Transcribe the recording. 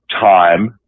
time